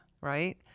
right